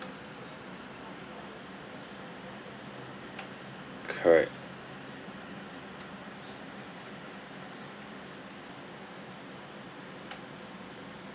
correct